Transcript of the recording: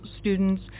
students